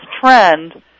trend